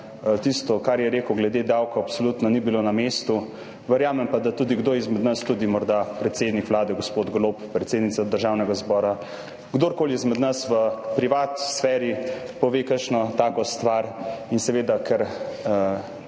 Tisto, kar je rekel glede davkov, absolutno ni bilo na mestu. Verjamem pa, da tudi kdo izmed nas, tudi morda predsednik Vlade gospod Golob, predsednica Državnega zbora, kdorkoli izmed nas v privatni sferi pove kakšno takšno stvar. In seveda, ker